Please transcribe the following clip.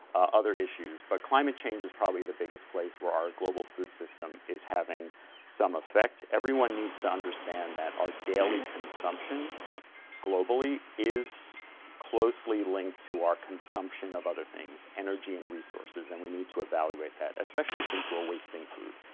other issues. but climate change is probably the biggest place where our global food system is having some effect. everyone needs to understand that our daily consumption globally is closely linked to our consumption of other things, energy and resources, and we need to evaluate that, especially since we're wasting food.